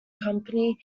company